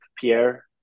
Pierre